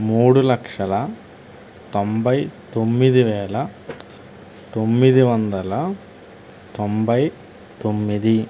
మూడు లక్షల తొంభై తొమ్మిది వేల తొమ్మిది వందల తొంభై తొమ్మిది